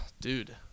Dude